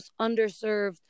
underserved